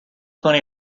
plenty